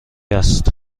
است